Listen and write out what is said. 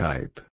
Type